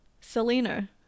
selena